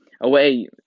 Away